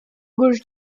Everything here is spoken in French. gauche